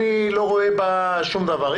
אני לא רואה בה שום דבר.